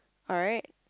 alright